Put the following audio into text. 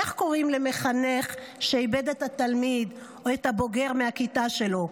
איך קוראים למחנך שאיבד את התלמיד או את הבוגר מהכיתה שלו,